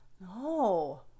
No